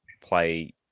play